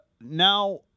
now